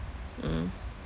mm